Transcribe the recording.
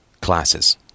classes